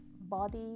body